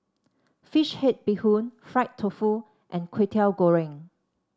fish head Bee Hoon Fried Tofu and Kway Teow Goreng